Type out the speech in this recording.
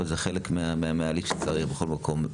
וזה חלק מההליך שצריך בכל מקום.